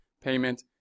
payment